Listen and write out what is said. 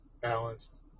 balanced